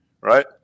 right